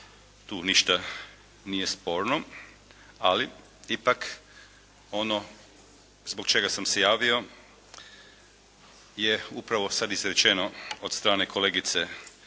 tu ništa nije sporno. Ali ipak ono zbog čega sam se javio je upravo sada izrečeno od strane kolegice